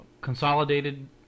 Consolidated